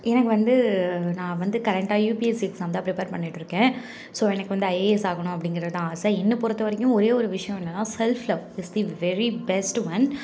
எனக்கு வந்து நான் வந்து கரெக்டா யுபிஎஸ் எக்ஸாம் தான் பிரிப்பேர் பண்ணிகிட்ருக்கேன் ஸோ எனக்கு வந்து ஐஏஎஸ் ஆகணும் அப்படிங்குறதுதான் ஆசை என்னைப் பொருத்தவரைக்கும் ஒரே ஒரு விஷ்யம் என்னனா self love is the very best one